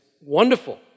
wonderful